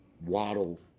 Waddle